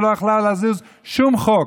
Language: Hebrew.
שלא יכלה להזיז שום חוק,